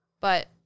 But-